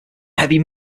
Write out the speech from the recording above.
heavy